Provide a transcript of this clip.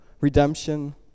redemption